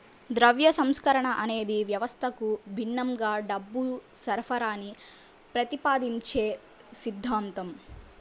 ద్రవ్య సంస్కరణ అనేది వ్యవస్థకు భిన్నంగా డబ్బు సరఫరాని ప్రతిపాదించే సిద్ధాంతం